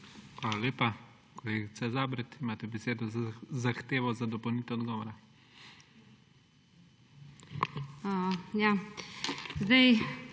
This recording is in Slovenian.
Hvala lepa. Kolega Zabret, imate besedo za zahtevo za dopolnitev odgovora.